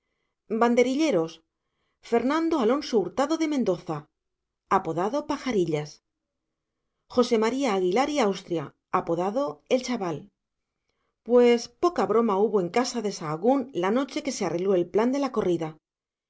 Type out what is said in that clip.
banderilleros fernando alfonso hurtado de mendoza a pajarillas josé maría aguilar y austria a el chaval pues poca broma hubo en casa de sahagún la noche que se arregló el plan de la corrida